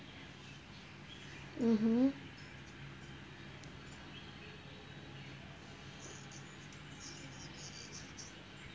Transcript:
mmhmm